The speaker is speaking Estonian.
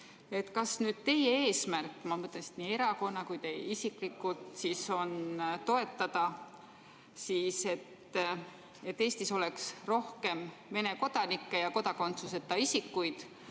kas teie eesmärk – ma mõtlen, nii erakonnal kui teil isiklikult – on toetada, et Eestis oleks rohkem Vene kodanikke ja kodakondsuseta isikuid.